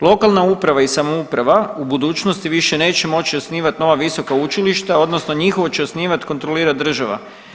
Lokalna uprava i samouprava u budućnosti više neće moći osnivati nova visoka učilišta odnosno njihovo će osnivat i kontrolirat država.